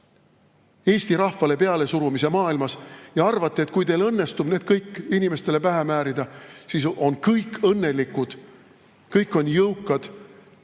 Eesti rahvale pealesurumise maailmas ja arvate, et kui teil õnnestub see kõik inimestele pähe määrida, siis on kõik õnnelikud ja jõukad